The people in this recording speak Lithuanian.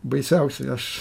baisiausiai aš